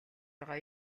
байгаа